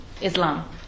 Islam